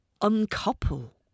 uncouple